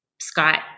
Scott